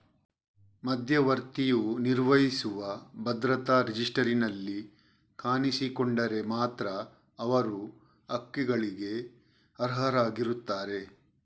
ಮಧ್ಯವರ್ತಿಯು ನಿರ್ವಹಿಸುವ ಭದ್ರತಾ ರಿಜಿಸ್ಟರಿನಲ್ಲಿ ಕಾಣಿಸಿಕೊಂಡರೆ ಮಾತ್ರ ಅವರು ಹಕ್ಕುಗಳಿಗೆ ಅರ್ಹರಾಗಿರುತ್ತಾರೆ